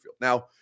Now